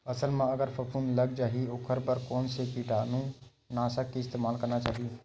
फसल म अगर फफूंद लग जा ही ओखर बर कोन से कीटानु नाशक के इस्तेमाल करना चाहि?